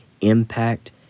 impact